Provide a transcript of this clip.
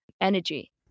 energy